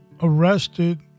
arrested